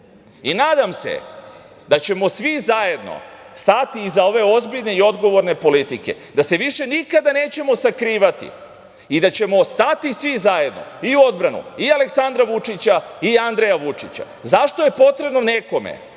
se da ćemo svi zajedno stati iza ove ozbiljne i odgovorne politike, da se više nikada nećemo sakrivati i da ćemo stati svi zajedno u odbranu i Aleksandra Vučića i Andreja Vučića. Zašto je potrebno nekome